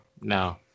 no